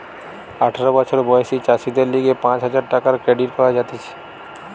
আঠারো বছর বয়সী চাষীদের লিগে পাঁচ হাজার টাকার ক্রেডিট পাওয়া যাতিছে